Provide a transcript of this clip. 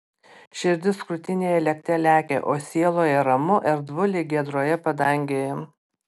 širdis krūtinėje lėkte lekia o sieloje ramu erdvu lyg giedroje padangėje